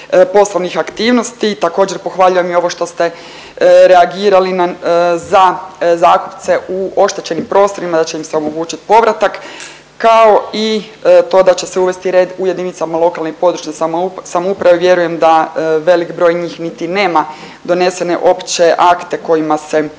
poslovnih aktivnosti. Također pohvaljujem i ovo što ste reagirali za zakupce u oštećenim prostorima da će im se omogućit povratak kao i to da će se uvesti red u jedinicama lokalne i područne samouprave. Vjerujem da velik broj njih niti nema donesene opće akte kojima se određuju